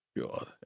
God